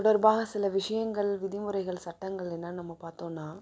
தொடர்பாக சில விஷயங்கள் விதிமுறைகள் சட்டங்கள் என்னான்னு நம்ம பார்த்தோம்னா